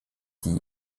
die